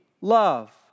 love